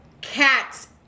cats